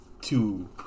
two